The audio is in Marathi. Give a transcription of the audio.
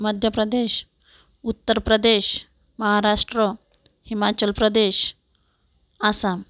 मध्य प्रदेश उत्तर प्रदेश महाराष्ट्र हिमाचल प्रदेश आसाम